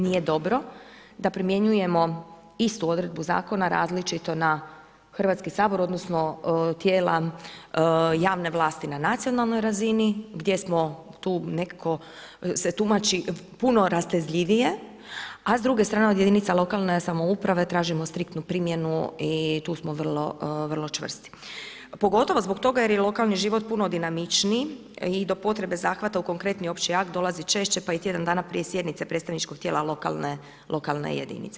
Nije dobro da primjenjujemo istu odredbu zakona različito na Hrvatski sabor odnosno tijela javne vlasti na nacionalnoj razini gdje smo tu nekako se tumači puno rastezljivije, a s druge strane od jedinica lokalne samouprave tražimo striktnu primjenu i tu smo vrlo čvrsti, pogotovo zbog toga jer je lokalnih život puno dinamičniji i do potrebe zahvata u konkretni opći akt dolazi češće pa i tjedan dana prije sjednice predstavničkog tijela lokalne jedinice.